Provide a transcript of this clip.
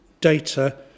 data